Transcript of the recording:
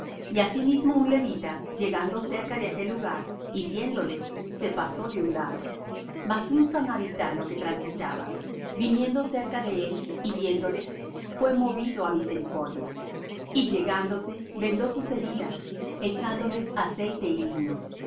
y asimismo un levita llegando cerca de aquel lugar y viéndole se pasó de un lado mas un samaritano que transitaba viniendo cerca de él y viéndole fué movido á misericordia y llegándose vendó sus heridas echándo les aceite y vino y